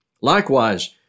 Likewise